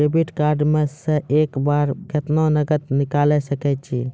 Debit card से एक बार मे केतना नगद निकाल सके छी?